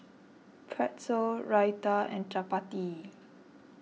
Pretzel Raita and Chapati